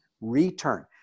return